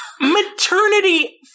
Maternity